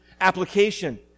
application